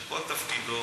שכל תפקידו